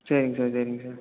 சரிங் சார் சரிங் சார்